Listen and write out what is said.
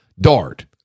Dart